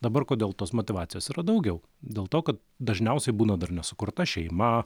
dabar kodėl tos motyvacijos yra daugiau dėl to kad dažniausiai būna dar nesukurta šeima